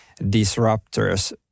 disruptors